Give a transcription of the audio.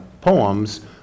poems